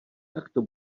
takto